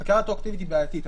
חקיקה רטרואקטיבית היא בעייתית,